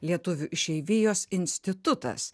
lietuvių išeivijos institutas